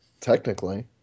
Technically